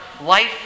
life